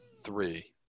three